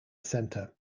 centre